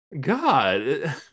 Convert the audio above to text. god